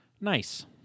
nice